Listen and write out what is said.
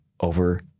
over